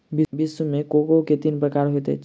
विश्व मे कोको के तीन प्रकार होइत अछि